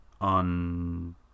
on